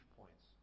points